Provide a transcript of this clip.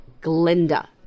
Glinda